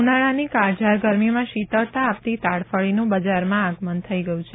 ઉનાળાની કાળઝાળ ગરમીમાં શીતળતા આપતી તાડફળીનું બજારમાં આગમન થઈ ગયું છે